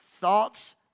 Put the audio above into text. Thoughts